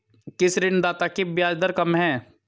किस ऋणदाता की ब्याज दर कम है?